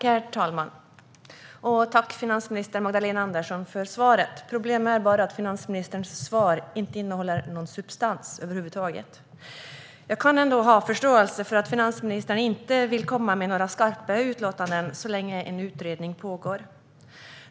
Herr talman! Tack, finansminister Magdalena Andersson, för svaret! Problemet är bara att finansministerns svar inte innehåller någon substans över huvud taget. Jag kan ha förståelse för att finansministern inte vill komma med några skarpa utlåtanden så länge en utredning pågår.